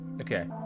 Okay